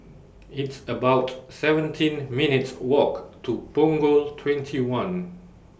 It's about seventeen minutes' Walk to Punggol twenty one